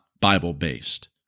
Bible-based